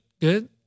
Good